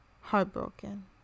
Heartbroken